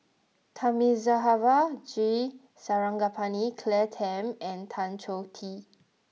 Thamizhavel G Sarangapani Claire Tham and Tan Choh Tee